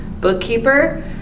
bookkeeper